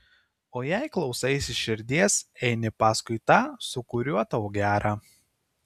o jei klausaisi širdies eini paskui tą su kuriuo tau gera